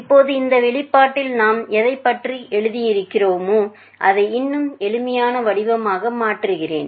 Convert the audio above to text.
இப்போது இந்த வெளிப்பாட்டில் நாம் எதைப் பற்றி எழுதுகிறோமோ அதை இன்னும் எளிமையான வடிவமாக மாற்றுகிறேன்